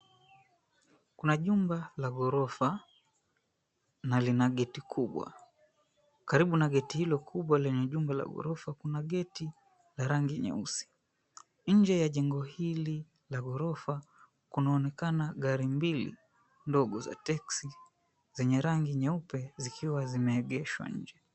Kuna jumba la ghorofa na lina geti kubwa. Karibu na geti hilo kubwa lenye jumba la ghorofa kuna geti la rangi nyeusi. Nje ya jengo hili la ghorofa kunaonekana gari mbili ndogo za teksi zenye rangi nyeupe zikiwa zimeegeshwa nje.